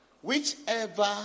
whichever